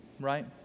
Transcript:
right